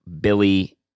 Billy